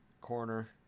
corner